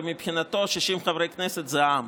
ומבחינתו 60 חברי כנסת זה העם.